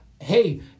Hey